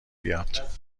بیاد